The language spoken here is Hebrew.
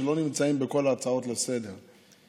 שלא נמצאים בכל ההצעות לסדר-היום.